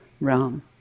realm